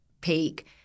peak